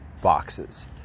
boxes